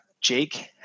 Jake